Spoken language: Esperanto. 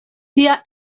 tia